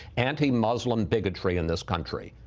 anti-muslim bigotry in this country,